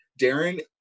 Darren